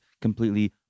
completely